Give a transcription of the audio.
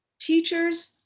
teachers